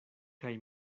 kaj